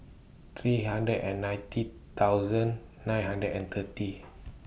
three hundred and ninety thousand nine hundred and thirty